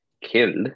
killed